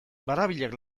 barrabilak